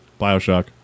Bioshock